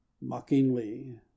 Mockingly